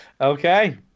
Okay